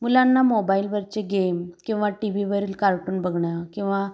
मुलांना मोबाईलवरचे गेम किंवा टी व्हीवरील कार्टून बघणं किंवा